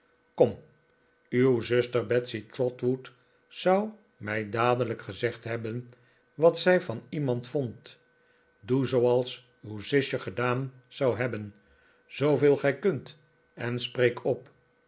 kom uw zuster betsey trotwood zou mij dadelijk gezegd hebben wat zij van iemand vond doe zooals uw zusje gedaan zou hebben zooveel gij kunt en spfeek op